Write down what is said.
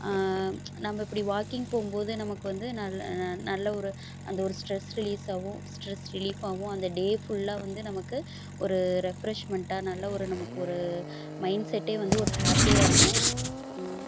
நம்ம இப்படி வாக்கிங் போகும்போது நமக்கு வந்து நல் நல்ல ஒரு அந்த ஒரு ஸ்ட்ரெஸ் ரிலீஸாகவும் ஸ்ட்ரெஸ் ரிலீஃபாகவும் அந்த டே ஃபுல்லாக வந்து நமக்கு ஒரு ரெஃப்ரெஷ்மெண்ட்டாக நல்ல ஒரு நமக்கு ஒரு மைன்செட்டே வந்து ஒரு ஹேப்பியாக இருக்கும்